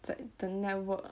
it's like the network